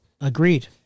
Agreed